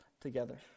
together